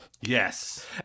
Yes